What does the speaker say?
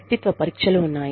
వ్యక్తిత్వ పరీక్షలు ఉన్నాయి